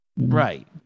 right